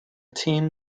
team